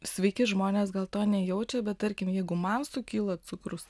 sveiki žmonės gal to nejaučia bet tarkim jeigu man sukyla cukrus